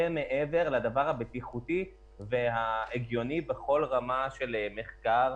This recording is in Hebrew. מעבר לדבר הבטיחותי וההגיוני בכל רמה של מחקר.